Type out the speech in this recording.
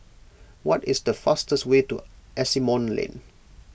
what is the fastest way to Asimont Lane